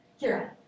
Kira